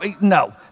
No